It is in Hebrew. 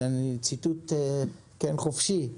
ציטוט חופשי,